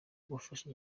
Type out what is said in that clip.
kubafasha